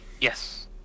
Yes